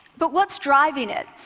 but what's driving it?